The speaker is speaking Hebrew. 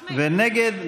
ונגד,